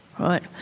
Right